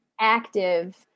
active